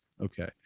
okay